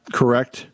correct